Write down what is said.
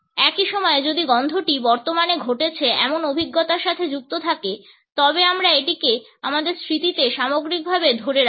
একই সময়ে যদি গন্ধটি বর্তমানে ঘটছে এমন অভিজ্ঞতার সাথে যুক্ত থাকে তবে আমরা এটিকে আমাদের স্মৃতিতে সামগ্রিকভাবে ধরে রাখি